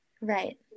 Right